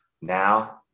Now